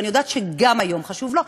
ואני יודעת שגם היום הוא חשוב לו.